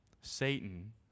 Satan